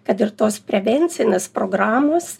kad ir tos prevencinės programos